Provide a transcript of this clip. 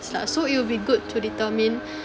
lah so it will be good to determine